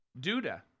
Duda